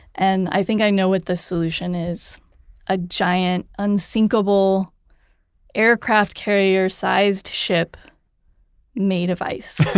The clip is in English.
and i think i know what the solution is a giant unsinkable aircraft carrier sized ship made of ice.